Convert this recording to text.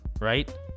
Right